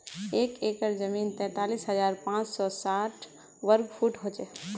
एक एकड़ जमीन तैंतालीस हजार पांच सौ साठ वर्ग फुट हो छे